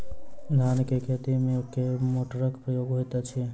धान केँ खेती मे केँ मोटरक प्रयोग होइत अछि?